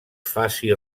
faci